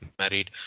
married